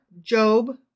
job